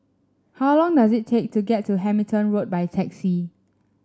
how long does it take to get to Hamilton Road by taxi